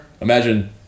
Imagine